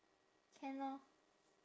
can lor